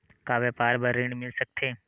का व्यापार बर ऋण मिल सकथे?